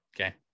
Okay